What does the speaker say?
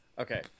Okay